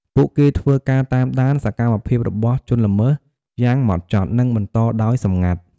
ពួកគេធ្វើការ តាមដាន សកម្មភាពរបស់ជនល្មើសយ៉ាងហ្មត់ចត់ និងបន្តដោយសម្ងាត់។